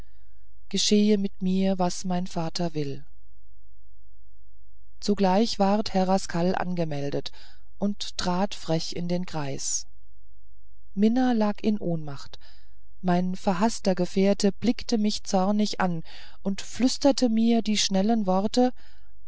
geschehe mit mir was mein vater will zugleich ward herr rascal angemeldet und trat frech in den kreis mina lag in ohnmacht mein verhaßter gefährte blickte mich zornig an und flüsterte mir die schnellen worte